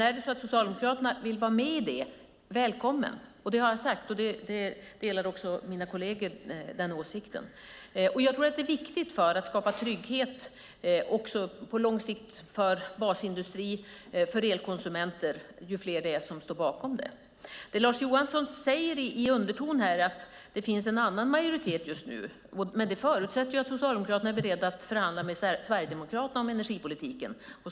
Är det så att Socialdemokraterna vill vara med i det - välkomna! Det har jag sagt, och den åsikten delar även mina kolleger. Jag tror att det för att skapa trygghet för basindustri och elkonsumenter också på lång sikt är viktigt att fler står bakom det. Det Lars Johansson säger i underton är att det finns en annan majoritet just nu, men det förutsätter ju att Socialdemokraterna är beredda att förhandla med Sverigedemokraterna om energipolitiken.